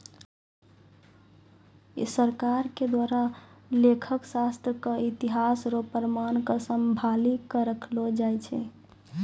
सरकार के द्वारा लेखा शास्त्र के इतिहास रो प्रमाण क सम्भाली क रखलो जाय छै